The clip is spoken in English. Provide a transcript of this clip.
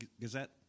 Gazette